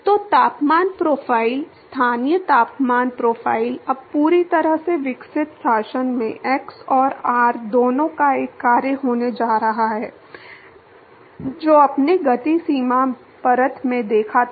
तो तापमान प्रोफ़ाइल स्थानीय तापमान प्रोफ़ाइल अब पूरी तरह से विकसित शासन में एक्स और आर दोनों का एक कार्य होने जा रहा है जो आपने गति सीमा परत में देखा था